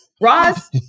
Ross